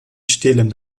stelen